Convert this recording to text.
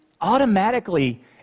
automatically